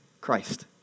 Christ